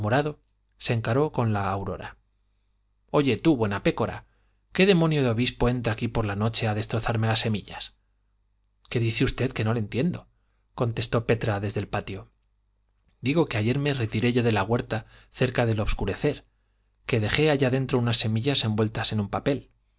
se encaró con la aurora oye tú buena pécora qué demonio de obispo entra aquí por la noche a destrozarme las semillas qué dice usted que no le entiendo contestó petra desde el patio digo que ayer me retiré yo de la huerta cerca del obscurecer que dejé allá dentro unas semillas envueltas en un papel